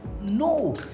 no